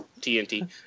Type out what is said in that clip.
TNT